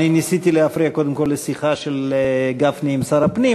אני ניסיתי להפריע קודם כול לשיחה של גפני עם שר הפנים,